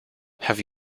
have